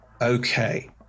Okay